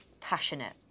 passionate